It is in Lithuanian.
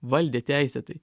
valdė teisėtai